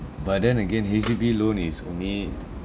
but then again H_D_B loan is only